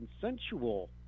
consensual